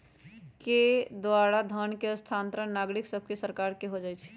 के द्वारा धन के स्थानांतरण नागरिक सभसे सरकार के हो जाइ छइ